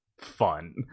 fun